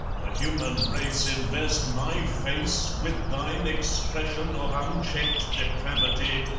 the human race invest my face with thine expression of unchecked depravity,